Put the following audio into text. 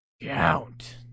Count